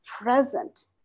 present